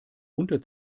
unter